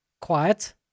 quiet